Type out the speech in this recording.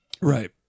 right